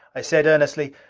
i said earnestly,